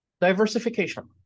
Diversification